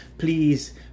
Please